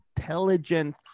intelligent